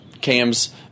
Cam's